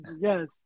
Yes